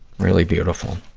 really beautiful.